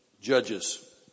Judges